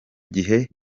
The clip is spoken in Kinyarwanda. gihe